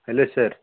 hello sir